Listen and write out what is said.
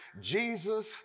Jesus